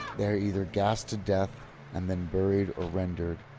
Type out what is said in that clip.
they are either gassed to death and then buried or rendered,